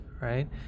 right